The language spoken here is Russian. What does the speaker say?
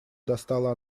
достала